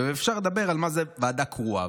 ואפשר לדבר על מה זה ועדה קרואה.